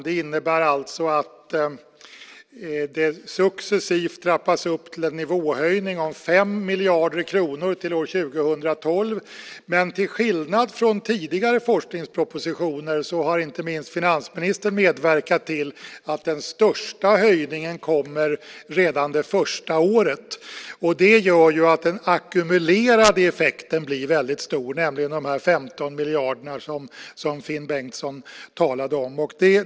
Det innebär alltså att det successivt trappas upp till en nivåhöjning om 5 miljarder kronor till år 2012. Men till skillnad från tidigare forskningspropositioner har inte minst finansministern medverkat till att den största höjningen kommer redan det första året. Det gör att den ackumulerade effekten blir väldigt stor, nämligen de 15 miljarder som Finn Bengtsson talade om.